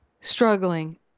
struggling